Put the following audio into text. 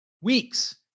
weeks